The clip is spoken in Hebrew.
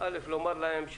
אני רוצה לומר להם,